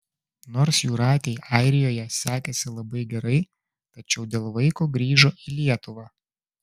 nors jūratei airijoje sekėsi labai gerai tačiau dėl vaiko grįžo į lietuvą